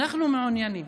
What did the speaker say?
אנחנו מעוניינים